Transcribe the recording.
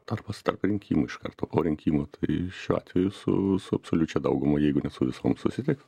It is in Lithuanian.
tarpas tarp rinkimų iš karto po rinkimų tai šiuo atveju su su absoliučia dauguma jeigu ne su visom susitiks